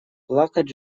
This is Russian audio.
плакать